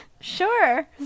sure